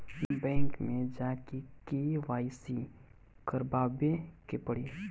Bank मे जा के के.वाइ.सी करबाबे के पड़ी?